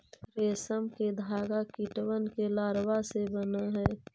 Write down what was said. रेशम के धागा कीटबन के लारवा से बन हई